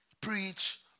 preach